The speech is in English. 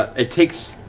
it takes